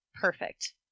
Perfect